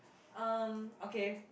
um okay